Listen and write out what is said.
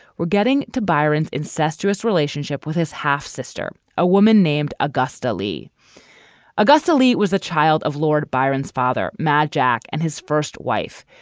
we're getting to byron's incestuous relationship with his half sister a woman named agusta lee agusta. lee was a child of lord byron's father, majak, and his first wife.